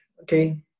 okay